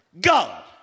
God